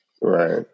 Right